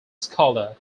scholar